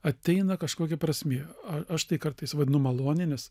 ateina kažkokia prasmė aš tai kartais vadinu malonė nes